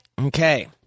Okay